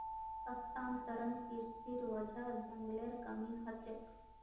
स्थानांतरण कृशिर वजह जंगलेर कमी ह छेक